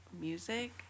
music